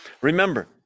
Remember